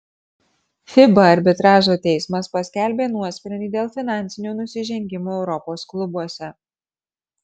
fiba arbitražo teismas paskelbė nuosprendį dėl finansinių nusižengimų europos klubuose